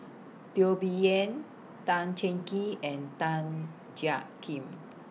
Teo Bee Yen Tan Cheng Kee and Tan Jiak Kim